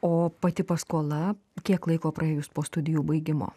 o pati paskola kiek laiko praėjus po studijų baigimo